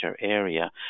area